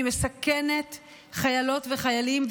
היא מסכנת חיילות וחיילים,